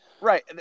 Right